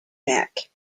neck